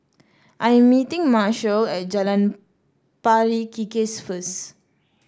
I am meeting Marshall at Jalan Pari Kikis first